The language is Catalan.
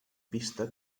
pista